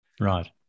Right